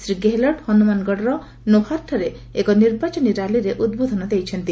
ଶ୍ରୀ ଗେହଲଟ୍ ହନୁମାନଗଡର ନୋହାରଠାରେ ଏକ ନିର୍ବାଚନୀ ରାଲିରେ ଉଦ୍ବୋଧନ ଦେଇଛନ୍ତି